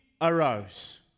arose